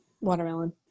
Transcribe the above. watermelon